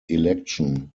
election